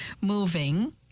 moving